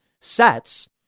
sets